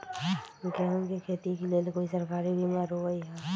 गेंहू के खेती के लेल कोइ सरकारी बीमा होईअ का?